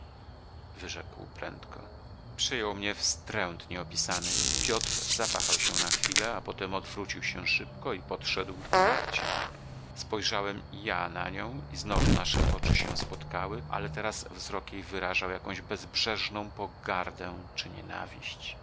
wyrzekł prędko przejął mnie wstręt nieopisany piotr zawahał się na chwilę a potem odwrócił się szybko i podszedł ku marcie spojrzałem i ja na nią i znowu nasze oczy się spotkały ale teraz wzrok jej wyrażał jakąś bezbrzeżną pogardę czy nienawiść